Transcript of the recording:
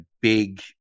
big